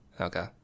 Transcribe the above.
okay